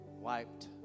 wiped